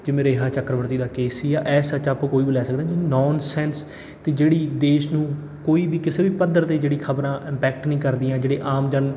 ਜਿਵੇਂ ਰੇਹਾ ਚੱਕਰਵਰਤੀ ਦਾ ਕੇਸ ਸੀਗਾ ਇਸ ਸੱਚ ਆਪਾਂ ਕੋਈ ਵੀ ਲੈ ਸਕਦਾ ਨੋਨਸੈਂਸ ਅਤੇ ਜਿਹੜੀ ਦੇਸ਼ ਨੂੰ ਕੋਈ ਵੀ ਕਿਸੇ ਵੀ ਪੱਧਰ 'ਤੇ ਜਿਹੜੀ ਖ਼ਬਰਾਂ ਇੰਪੈਕਟ ਨਹੀਂ ਕਰਦੀਆਂ ਜਿਹੜੇ ਆਮ ਜਨ